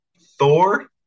Thor